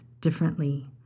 differently